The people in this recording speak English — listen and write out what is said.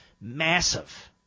Massive